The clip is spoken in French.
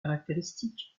caractéristique